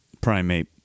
primate